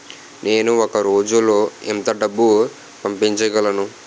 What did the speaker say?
నేను ఒక రోజులో ఎంత డబ్బు పంపించగలను?